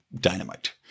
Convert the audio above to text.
dynamite